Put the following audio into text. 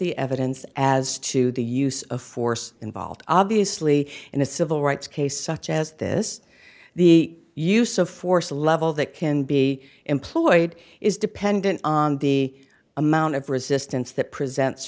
the evidence as to the use of force involved obviously in a civil rights case such as this the use of force level that can be employed is dependent on the amount of resistance that presents